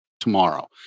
Tomorrow